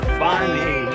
funny